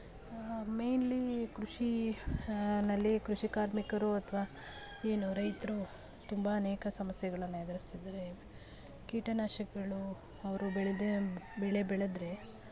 mainly ಕೃಷಿ ನಲ್ಲಿ ಕೃಷಿ ಕಾರ್ಮಿಕರೂ ಅಥ್ವಾ ಏನು ರೈತರು ತುಂಬ ಅನೇಕ ಸಮಸ್ಯೆಗಳನ್ನು ಎದುರಿಸ್ತಿದ್ದರೆ ಕೀಟನಾಶಕಗಳೂ ಅವರು ಬೆಳೆದೆ ಬೆಳೆ ಬೆಳೆದರೆ